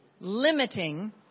limiting